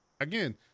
again